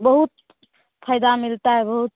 बहुत फायदा मिलता है बहुत